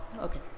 okay